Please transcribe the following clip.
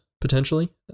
potentially